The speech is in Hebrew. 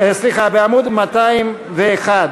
בעמוד 201,